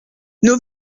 nos